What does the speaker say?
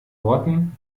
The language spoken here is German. worten